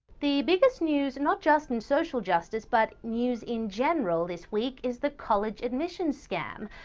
the biggest news not just in social justice, but news in general this week, is the college admissions scam.